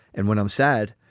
and when i'm sad,